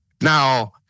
Now